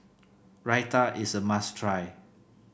raita is a must try